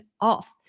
off